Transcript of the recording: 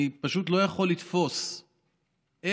אני פשוט לא יכול לתפוס איך